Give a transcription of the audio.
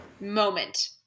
moment